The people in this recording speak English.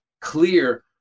clear